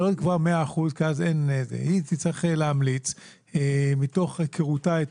לא לקבוע 100% אלא היא תצטרך להמליץ מהיכרותה את